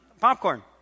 popcorn